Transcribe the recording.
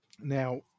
Now